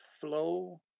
flow